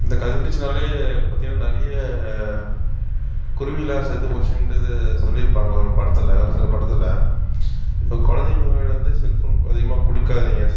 இந்த கதிர் வீச்சினாலே பார்த்திங்கனா நிறைய குருவிலாம் செத்துப் போச்சுன்றது சொல்லிருப்பாங்க ஒரு படத்தில் ஒரு சில படத்தில் குழந்தைங்க விளையாட வந்து செல்ஃபோன் அதிகமாக கொடுக்காதீங்க